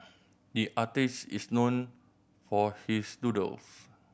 the artist is known for his doodles